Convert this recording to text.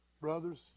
Brothers